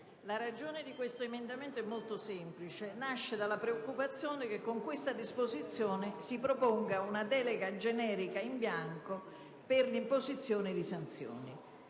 la ragione di questo emendamento 2.2 è molto semplice: esso nasce dalla preoccupazione che con questa disposizione si proponga una delega generica, in bianco, per l'imposizione di sanzioni.